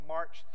March